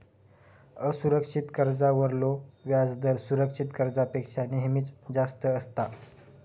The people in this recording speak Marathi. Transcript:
असुरक्षित कर्जावरलो व्याजदर सुरक्षित कर्जापेक्षा नेहमीच जास्त असता